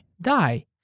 die